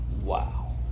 Wow